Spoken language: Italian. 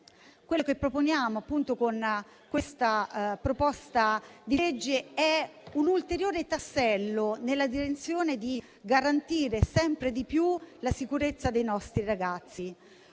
Quello che proponiamo con questo disegno di legge è un ulteriore tassello nella direzione di garantire sempre di più la sicurezza dei nostri ragazzi.